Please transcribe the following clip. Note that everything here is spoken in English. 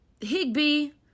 Higby